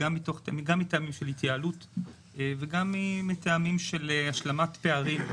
גם מטעמים של התייעלות וגם מטעמים של השלמת פערים.